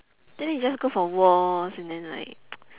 then they just go for wars and then like